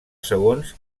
segons